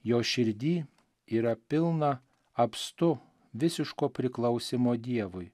jos širdy yra pilna apstu visiško priklausymo dievui